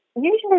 Usually